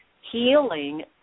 Healing